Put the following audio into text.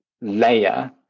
layer